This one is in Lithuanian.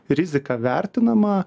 rizika vertinama